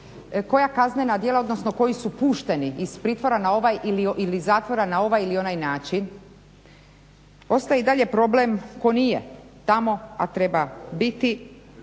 koja kaznena djela odnosno koji su pušteni iz pritvora ili iz zatvora na ovaj ili na onaj način. Ostaje i dalje problem tko nije tamo a treba biti.